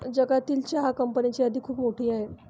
जगातील चहा कंपन्यांची यादी खूप मोठी आहे